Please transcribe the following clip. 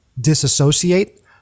disassociate